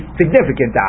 significant